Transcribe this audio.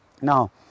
now